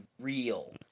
real